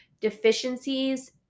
deficiencies